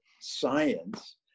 science